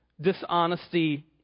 dishonesty